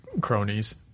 cronies